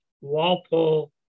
Walpole